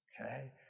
Okay